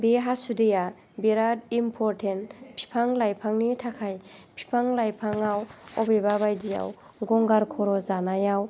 बे हासुदैया बिराद इम्परटेन्ट बिफां लाइफांनि थाखाय बिफां लाइफाङाव अबेबा बायदियाव गंगार खर' जानायाव